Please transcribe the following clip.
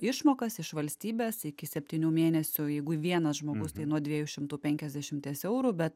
išmokas iš valstybės iki septynių mėnesių jeigu vienas žmogus nuo dviejų šimtų penkiasdešimties eurų bet